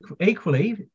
Equally